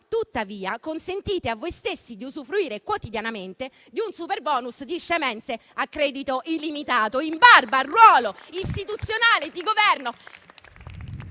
Tuttavia, consentite a voi stessi di usufruire quotidianamente di un superbonus di scemenze a credito illimitato, in barba al ruolo istituzionale e di Governo